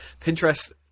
pinterest